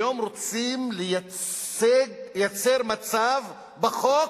היום רוצים לייצר מצב בחוק